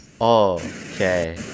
Okay